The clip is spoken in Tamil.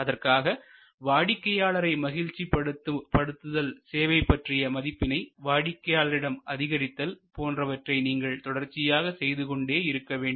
அதற்காக வாடிக்கையாளரை மகிழ்ச்சிபடுத்துதல் சேவை பற்றிய மதிப்பினை வாடிக்கையாளரிடம் அதிகரித்தல் போன்றவற்றை நீங்கள் தொடர்ச்சியாக செய்து கொண்டே இருக்க வேண்டும்